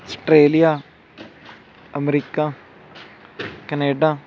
Australia America Canada